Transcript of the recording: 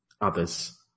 others